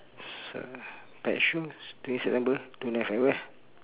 pet show during september don't have at where